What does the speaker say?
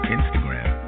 Instagram